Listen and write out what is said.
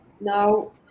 Now